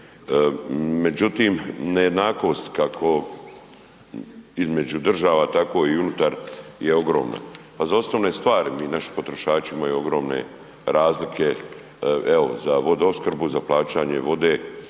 Međutim, nejednakost kako između država tako i unutar je ogromna. Pa za osnovne stvari mi, naši potrošači imaju ogromne razlike, evo za vodoopskrbu za plaćanje vode